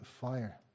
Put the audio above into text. fire